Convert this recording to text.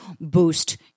boost